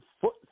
foot